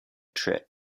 trip